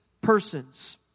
persons